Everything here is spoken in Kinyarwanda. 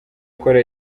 gukora